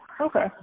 Okay